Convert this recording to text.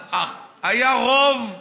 היה פה רוב בהצבעות.